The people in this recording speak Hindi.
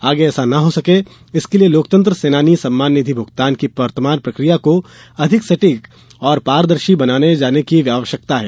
आगे ऐसा न हो इसके लिए लोकतंत्र सेनानी सम्मान निधि भूगतान की वर्तमान प्रक्रिया को अधिक सटीक और पारदर्शी बनाये जाने की आवश्यकता है